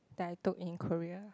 that I took in Korea